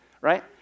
Right